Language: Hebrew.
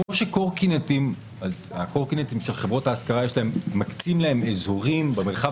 כמו שלקורקינטים חברות ההשכרה מקצות אזורים במרחב